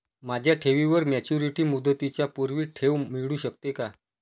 माझ्या ठेवीवर मॅच्युरिटी मुदतीच्या पूर्वी ठेव मिळू शकते का?